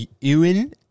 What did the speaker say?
Ewan